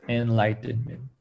enlightenment